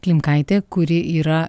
klimkaitė kuri yra